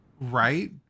Right